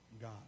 God